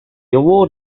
award